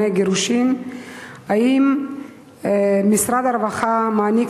גירושין הניתן על-ידי משרד הרווחה.